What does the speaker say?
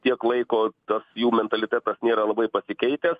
tiek laiko tas jų mentalitetas nėra labai pasikeitęs